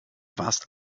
warst